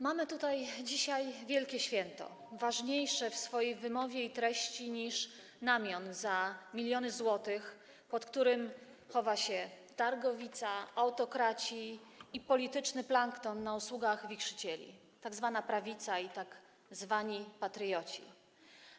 Mamy tutaj dzisiaj wielkie święto, ważniejsze w swojej wymowie i treści niż namiot za miliony złotych, pod którym chowają się targowica, autokraci i polityczny plankton na usługach wichrzycieli, tzw. prawica i tzw. patrioci.